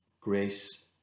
grace